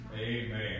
Amen